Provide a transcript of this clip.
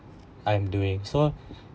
I'm doing so